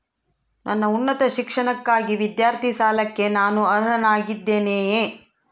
ನನ್ನ ಉನ್ನತ ಶಿಕ್ಷಣಕ್ಕಾಗಿ ವಿದ್ಯಾರ್ಥಿ ಸಾಲಕ್ಕೆ ನಾನು ಅರ್ಹನಾಗಿದ್ದೇನೆಯೇ?